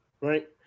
right